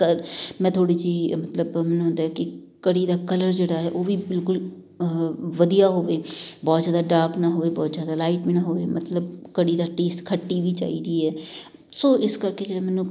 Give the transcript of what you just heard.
ਮੈਂ ਥੋੜ੍ਹੀ ਜਿਹੀ ਮਤਲਬ ਮੈਨੂੰ ਹੁੰਦਾ ਏ ਕਿ ਕੜੀ ਦਾ ਕਲਰ ਜਿਹੜਾ ਹੈ ਉਹ ਵੀ ਬਿਲਕੁਲ ਵਧੀਆ ਹੋਵੇ ਬਹੁਤ ਜ਼ਿਆਦਾ ਡਾਰਕ ਨਾ ਹੋਵੇ ਬਹੁਤ ਜ਼ਿਆਦਾ ਲਾਈਟ ਵੀ ਨਾ ਹੋਵੇ ਮਤਲਬ ਕੜੀ ਦਾ ਟੇਸਟ ਖੱਟੀ ਵੀ ਚਾਹੀਦੀ ਹੈ ਸੋ ਇਸ ਕਰਕੇ ਜਿਹੜੇ ਮੈਨੂੰ